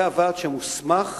זה הוועד שמוסמך